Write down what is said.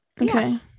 okay